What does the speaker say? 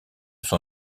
son